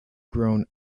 grown